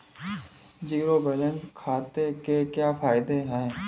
Zero balance खाते के क्या फायदे हैं?